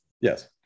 Yes